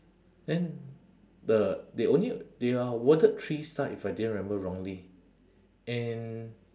then the they only they are awarded three star if I didn't remember wrongly and